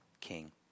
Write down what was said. king